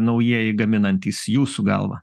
naujieji gaminantys jūsų galva